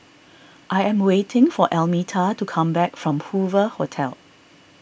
I am waiting for Almeta to come back from Hoover Hotel